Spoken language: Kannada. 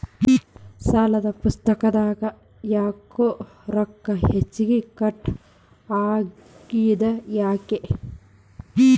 ಸಾಲದ ಪುಸ್ತಕದಾಗ ಯಾಕೊ ರೊಕ್ಕ ಹೆಚ್ಚಿಗಿ ಕಟ್ ಆಗೆದ ಯಾಕ್ರಿ?